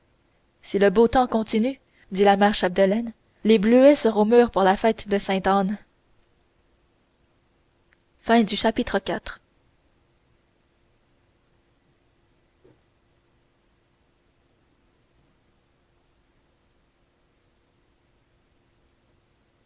si le beau temps continue dit la mère chapdelaine les bleuets seront mûrs pour la fête de sainte anne chapitre